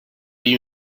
you